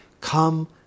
come